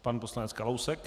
Pan poslanec Kalousek.